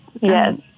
yes